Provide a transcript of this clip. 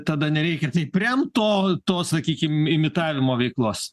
tada nereikia taip remt to to sakykim imitavimo veiklos